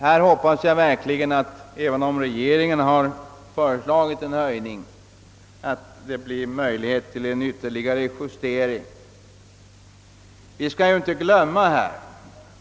Där har regeringen föreslagit en höjning av beloppet, men jag hoppas att det skall bli möjligt att göra ytterligare uppjusteringar.